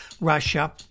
Russia